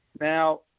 Now